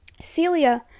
Celia